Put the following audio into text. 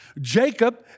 Jacob